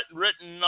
written